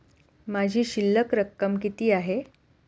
माझी शिल्लक रक्कम किती आहे?